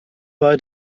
bei